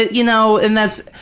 you know, and that's,